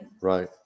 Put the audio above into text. Right